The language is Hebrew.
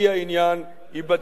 ייבדקו המסמכים,